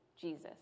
Jesus